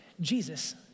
Jesus